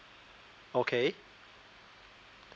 okay